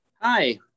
hi